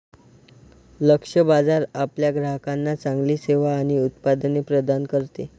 लक्ष्य बाजार आपल्या ग्राहकांना चांगली सेवा आणि उत्पादने प्रदान करते